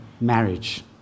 marriage